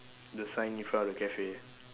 the sign in front of the cafe